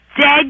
dead